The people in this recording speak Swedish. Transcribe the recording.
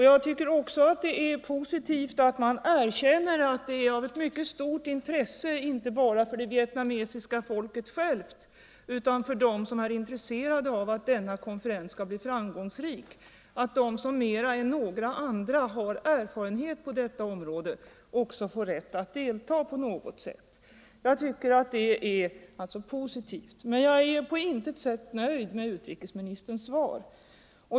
Jag tycker också att det är positivt att man erkänner att det är av mycket stort intresse, inte bara för det vietnamesiska folket självt utan även för dem som är intresserade av att denna konferens skall bli framgångsrik, att de som mer än några andra har erfarenhet på detta område också får rätt att delta på något sätt. Detta är alltså positivt. Men jag är på intet sätt nöjd med utrikesministerns svar.